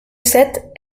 sept